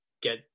get